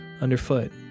underfoot